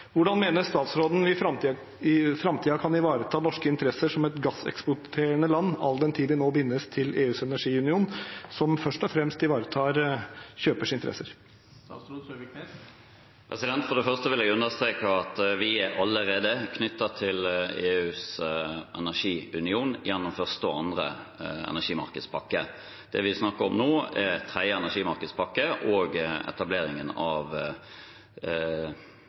Hvordan mener statsråden vi i framtiden kan ivareta norske interesser som et gasseksporterende land, all den tid vi nå bindes til EUs energiunion, som først og fremst ivaretar kjøpers interesser? Jeg vil understreke at vi allerede er knyttet til EUs energiunion gjennom første og andre energimarkedspakke. Det vi snakker om nå, er tredje energimarkedspakke og etableringen av